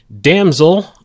Damsel